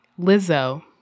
Lizzo